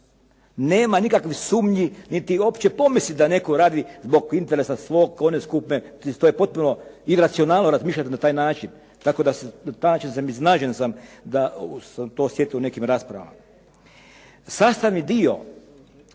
Nema nikakvih sumnji niti uopće pomisli da netko radi zbog interesa svog …/Govornik se ne razumije./… potpuno iracionalno razmišljati na taj način, tako da na taj način sam iznenađen sam da sam to osjetio u nekim raspravama. Sastavni dio